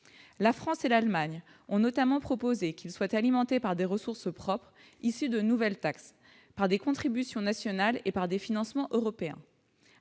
la France et l'Allemagne ont notamment proposé qu'il soit alimenté par des ressources propres ici de nouvelles taxes par des contributions nationales et par des financements européens,